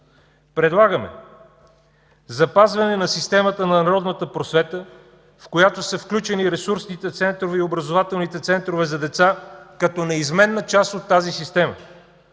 Предлагаме: запазване на системата на народната просвета, в която са включени ресурсните и образователните центрове за деца като неизменна част от тази система.